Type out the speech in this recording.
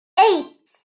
eight